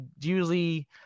usually